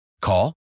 Call